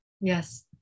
Yes